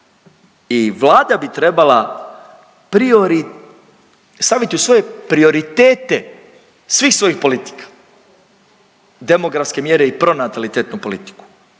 I Vlada bi trebala staviti u svoje prioritete svih svojih politika demografske mjere i pronatalitetnu politiku,